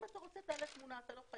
אם רוצים, אפשר גם להעלות תמונה, זה הכול.